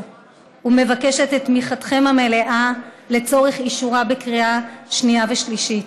ומבקשת את תמיכתכם המלאה לצורך אישורה בקריאה שנייה ושלישית.